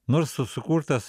nors sukurtas